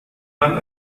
man